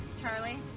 Charlie